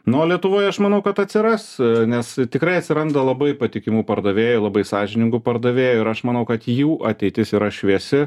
nu o lietuvoj aš manau kad atsiras nes tikrai atsiranda labai patikimų pardavėjų labai sąžiningų pardavėjų ir aš manau kad jų ateitis yra šviesi